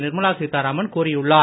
நிர்மலா சீத்தாராமன் கூறியுள்ளார்